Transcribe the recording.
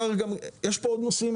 יש פה עוד נושאים,